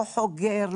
לא חוגר,